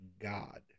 God